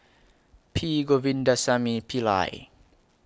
P Govindasamy Pillai